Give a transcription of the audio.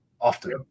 often